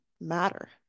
matter